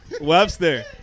Webster